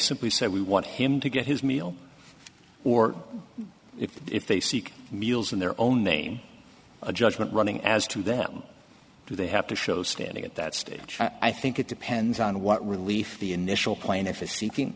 simply said we want him to get his meal or if they seek meals in their own name a judgment running as to them they have to show standing at that stage i think it depends on what relief the initial plaintiff is seeking